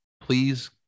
please